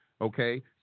Okay